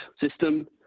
system